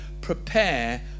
prepare